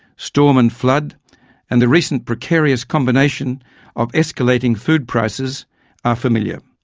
storm and flood and the recent precarious combination of escalating food prices are familiar.